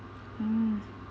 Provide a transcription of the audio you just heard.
mm